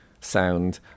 sound